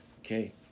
Okay